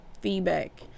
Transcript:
feedback